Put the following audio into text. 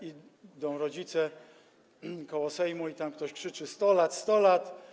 Idą rodzice koło Sejmu i tam ktoś krzyczy: 100 lat, 100 lat.